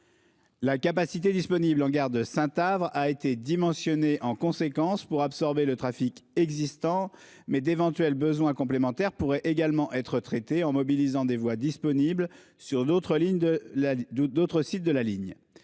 La capacité disponible en gare de Saint-Avre a été dimensionnée en conséquence pour absorber le trafic existant, mais d'éventuels besoins complémentaires pourraient également être traités en mobilisant des voies disponibles sur d'autres sites de la ligne.